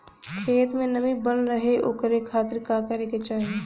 खेत में नमी बनल रहे ओकरे खाती का करे के चाही?